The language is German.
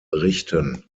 richten